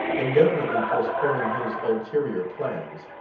indefinitely postponing his ulterior plans,